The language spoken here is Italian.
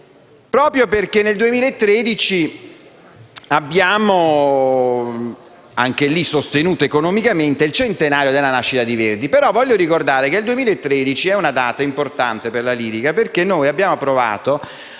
proprio perché nel 2013 abbiamo anche lì sostenuto economicamente il centenario della nascita di Verdi. Voglio ricordare che il 2013 è una data importante per la lirica, perché, con un lavoro